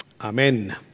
Amen